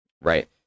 Right